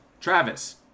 Travis